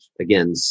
again